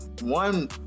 one